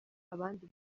abandi